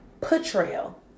Portrayal